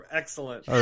excellent